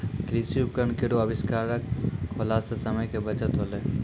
कृषि उपकरण केरो आविष्कार होला सें समय के बचत होलै